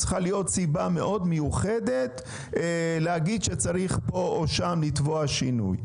צריכה להיות סיבה מאוד מיוחדת להגיד שצריך פה או שם לתבוע שינוי.